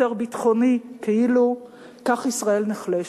יותר ביטחוני, כאילו, כך ישראל נחלשת.